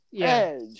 Edge